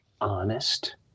honest